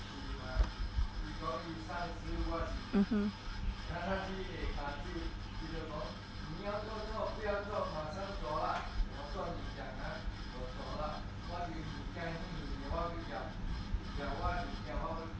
mmhmm